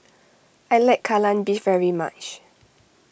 I like Kai Lan Beef very much